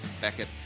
Beckett